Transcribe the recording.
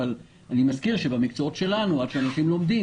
אבל אני מזכיר שבמקצועות שלנו עד שאנשים לומדים,